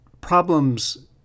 problem's